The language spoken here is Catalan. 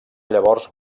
llavors